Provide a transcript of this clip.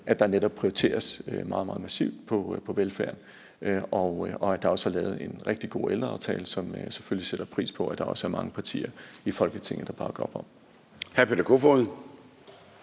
at der netop prioriteres meget, meget massivt på velfærden, og at der også er lavet en rigtig god ældreaftale, som jeg selvfølgelig sætter pris på at der også er mange partier i Folketinget der bakker op om.